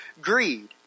Greed